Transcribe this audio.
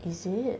is it